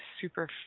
super